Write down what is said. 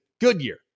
Goodyear